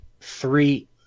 three